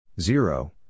Zero